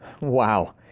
wow